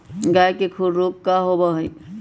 गाय के खुर रोग का होबा हई?